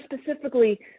specifically